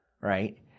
right